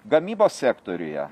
gamybos sektoriuje